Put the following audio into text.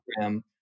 program